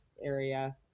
area